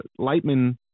Lightman